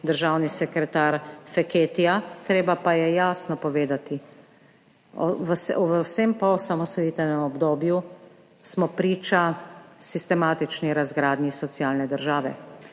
državni sekretar Feketija. Treba pa je jasno povedati – v vsem poosamosvojitvenem obdobju smo priča sistematični razgradnji socialne države,